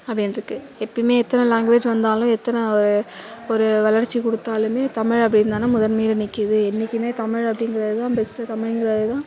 அப்படின்னு இருக்கு எப்பையுமே எத்தனை லாங்குவேஜ் வந்தாலும் எத்தனை ஒரு வளர்ச்சி கொடுத்தாலுமே தமிழ் அப்படின்தான முதன்மையில் நிற்கிது என்னைக்குமே தமிழ் அப்படிங்கிறது தான் பெஸ்ட்டு தமிழ்ங்கிறது தான்